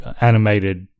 animated